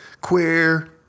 queer